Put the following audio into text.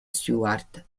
stuart